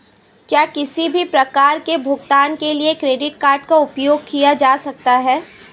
क्या किसी भी प्रकार के भुगतान के लिए क्रेडिट कार्ड का उपयोग किया जा सकता है?